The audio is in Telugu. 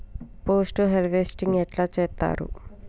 పోస్ట్ హార్వెస్టింగ్ ఎట్ల చేత్తరు?